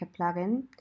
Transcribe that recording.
plugin